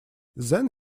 then